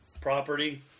property